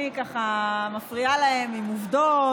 אני מפריעה להם עם עובדות,